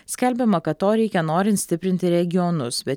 skelbiama kad to reikia norint stiprinti regionus bet